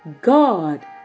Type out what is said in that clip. God